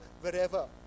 wherever